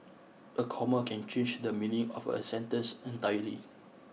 a comma can change the meaning of a sentence entirely